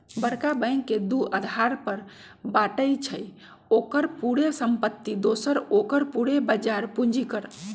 बरका बैंक के दू अधार पर बाटइ छइ, ओकर पूरे संपत्ति दोसर ओकर पूरे बजार पूंजीकरण